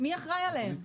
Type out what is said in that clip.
שמי אחראי להן?